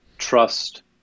trust